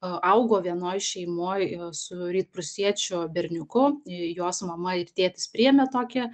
augo vienoj šeimoj su rytprūsiečiu berniuku jos mama ir tėtis priėmė tokį